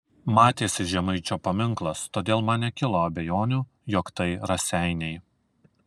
matėsi žemaičio paminklas todėl man nekilo abejonių jog tai raseiniai